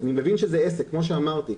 אני מבין שזה עסק, כמו שאמרתי,